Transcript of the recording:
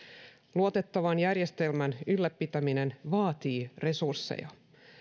luotettavan järjestelmän ylläpitäminen vaatii resursseja